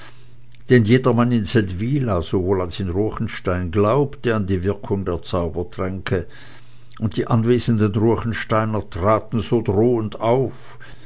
denn jedermann in seldwyla sowohl als in ruechenstein glaubte an die wirkung der zaubertränke und die anwesenden ruechensteiner traten so drohend auf